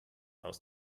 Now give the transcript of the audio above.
aus